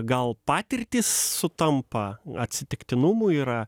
gal patirtys sutampa atsitiktinumų yra